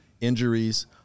injuries